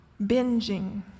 binging